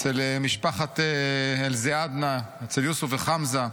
אצל משפחת אל-זיאדנה, אצל יוסף וחמזה,